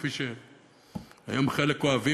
כפי שהיום חלק אוהבים.